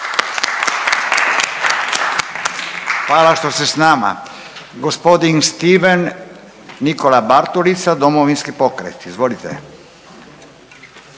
Hvala što ste s nama. Gospodin Stephen Nikola Bartulica, Domovinski pokret. Izvolite.